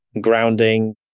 grounding